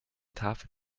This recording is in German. tafel